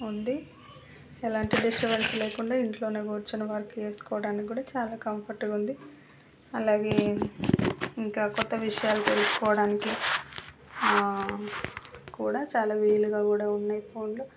ఉంది ఎలాంటి డిస్టబెన్స్ లేకుండా ఇంట్లోనే కూర్చొని వర్క్ చేసుకోవడానికి కూడా చాలా కంఫర్టుగా ఉంది అలాగే ఇంకా కొత్తవిషయాలు తెలుసుకోవడానికి కూడా చాలా వీలుగా కూడా ఉన్నాయి ఫోన్లు